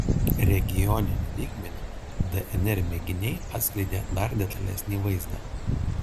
regioniniu lygmeniu dnr mėginiai atskleidė dar detalesnį vaizdą